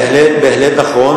בהחלט נכון.